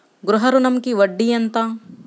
గృహ ఋణంకి వడ్డీ ఎంత?